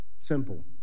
Simple